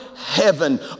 Heaven